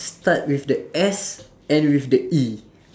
start with the S end with the E